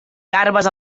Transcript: garbes